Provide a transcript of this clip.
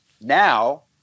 now